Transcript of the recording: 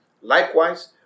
Likewise